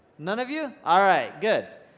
none of you, alright good,